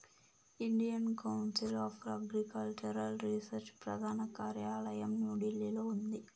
Indian Council of Agricultural Research ప్రధాన కార్యాలయం న్యూఢిల్లీలో ఉంది